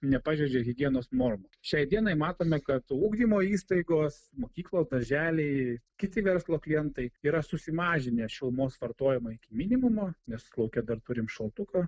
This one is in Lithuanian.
nepažeidžia higienos normų šiai dienai matome kad ugdymo įstaigos mokyklos darželiai kiti verslo klientai yra susimažinę šilumos vartojimą iki minimumo nes lauke dar turim šaltuko